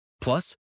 Plus